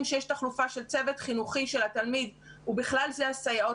שיש תחלופה של צוות חינוכי של התלמיד ובכלל הסייעות.